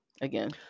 again